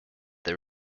they